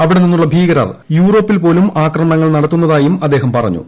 അവിടെ നിന്നുള്ള ഭീകരർ യൂറോപ്പിൽ പോലും ആക്രമണങ്ങൾ നടത്തുന്നതായും അദ്ദേഹം പറഞ്ഞു